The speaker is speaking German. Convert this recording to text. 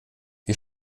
wir